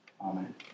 Amen